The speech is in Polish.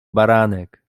baranek